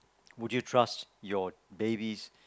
would you trust your babies